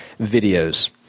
videos